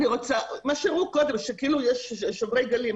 מה שהראו קודם, שכאילו יש שוברי גלים.